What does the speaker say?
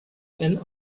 and